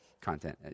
content